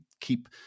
keep